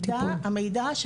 המידע,